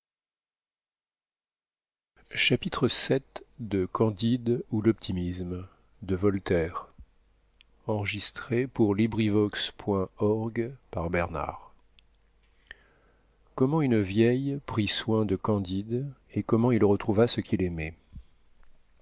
prenez courage suivez-moi chapitre vii comment une vieille prit soin de candide et comment il retrouva ce qu'il aimait